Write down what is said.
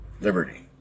liberty